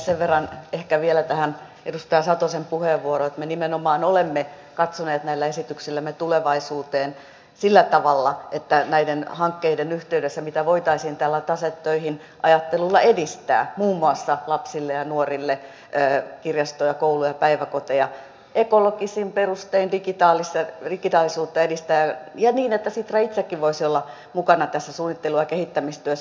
sen verran ehkä vielä tähän edustaja satosen puheenvuoroon että me nimenomaan olemme katsoneet näillä esityksillämme tulevaisuuteen sillä tavalla mitä näiden hankkeiden yhteydessä voitaisiin tällä taseet töihin ajattelulla edistää muun muassa lapsille ja nuorille kirjastoja kouluja päiväkoteja ekologisin perustein digitaalisuutta edistäen ja niin että sitra itsekin voisi olla mukana tässä suunnittelu ja kehittämistyössä